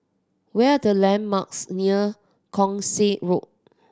where the landmarks near Keong Saik Road